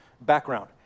background